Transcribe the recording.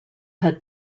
had